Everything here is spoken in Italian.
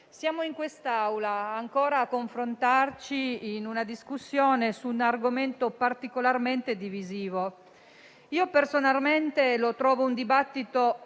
siamo in quest'Aula a confrontarci ancora in una discussione su un argomento particolarmente divisivo. Personalmente, lo trovo un dibattito